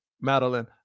Madeline